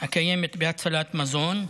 הקיימת בהצלת מזון.